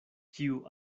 kiu